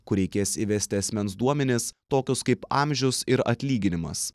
kur reikės įvesti asmens duomenis tokius kaip amžius ir atlyginimas